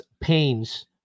pains